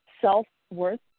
self-worth